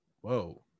whoa